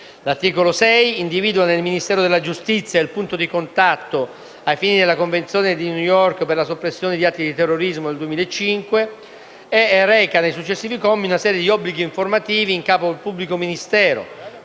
L'articolo 6 individua nel Ministero della giustizia il punto di contatto, ai fini della Convenzione di New York del 2005, per la soppressione di atti di terrorismo. I successivi commi recano una serie di obblighi informativi in capo al pubblico ministero